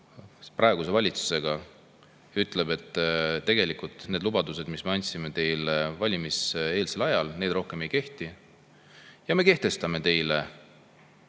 praeguse valitsusega ütleb, et tegelikult need lubadused, mis me andsime teile valimiseelsel ajal, enam ei kehti ja me kehtestame